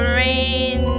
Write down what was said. rain